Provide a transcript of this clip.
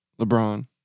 LeBron